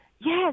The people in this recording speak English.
Yes